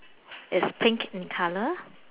it's pink in colour